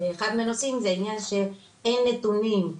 אחד מהנושאים זה העניין שאין נתונים,